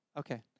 Okay